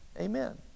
Amen